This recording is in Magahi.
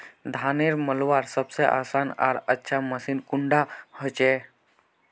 धानेर मलवार सबसे आसान आर अच्छा मशीन कुन डा होचए?